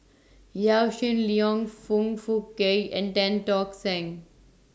Yaw Shin Leong Foong Fook Kay and Tan Tock Seng